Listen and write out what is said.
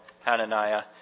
Hananiah